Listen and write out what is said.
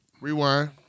Rewind